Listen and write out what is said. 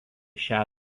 šią